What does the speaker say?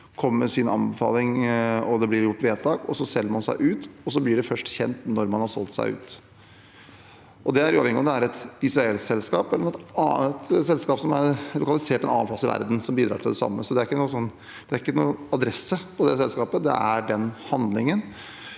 kommer med sin anbefaling, det blir gjort vedtak, man selger seg ut, og så blir det først kjent når man har solgt seg ut. Det er uavhengig av om det er et israelsk selskap eller et selskap som er lokalisert en annen plass i verden, som bidrar til det samme. Det er ikke noen adresse på det selskapet, det er den handlingen.